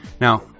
Now